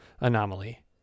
anomaly